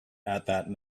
that